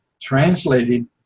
Translated